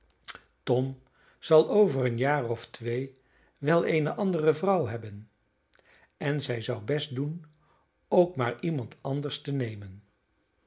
tom zal over een jaar of twee wel eene andere vrouw hebben en zij zou best doen ook maar iemand anders te nemen